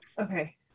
Okay